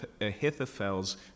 Ahithophel's